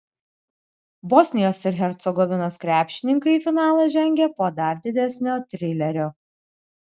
bosnijos ir hercegovinos krepšininkai į finalą žengė po dar didesnio trilerio